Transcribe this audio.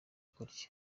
kurya